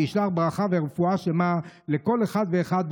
וישלח ברכה ורפואה שלמה לכל אחד ואחד,